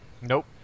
Nope